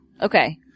Okay